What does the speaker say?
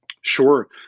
Sure